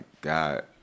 God